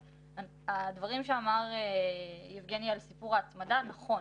הדברים שאמר יבגני ורניק על סיפור ההצמדה נכון,